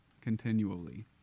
continually